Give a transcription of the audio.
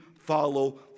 follow